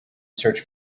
search